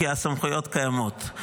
כי הסמכויות קיימות.